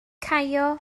caio